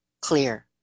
clear